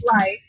life